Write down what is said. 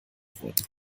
wurden